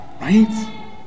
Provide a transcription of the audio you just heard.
Right